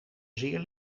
zeer